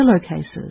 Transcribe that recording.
pillowcases